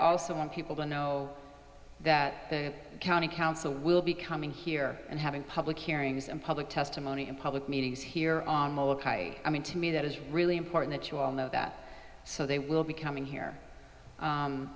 also want people to know that the county council will be coming here and having public hearings and public testimony in public meetings here on molokai i mean to me that is really important you all know that so they will be coming here